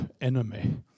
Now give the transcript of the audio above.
enemy